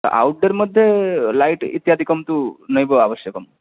out door मध्ये light इत्यादिकं तु नैव आवश्यकम्